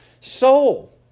soul